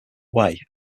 way